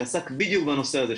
שעסק בדיוק בנושא הזה,